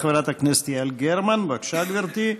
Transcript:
חברת הכנסת יעל גרמן, בבקשה, גברתי,